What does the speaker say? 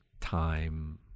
time